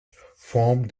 formed